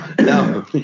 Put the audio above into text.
No